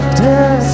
death